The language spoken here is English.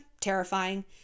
terrifying